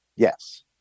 Yes